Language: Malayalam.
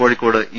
കോഴിക്കോട് ഇ